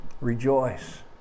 Rejoice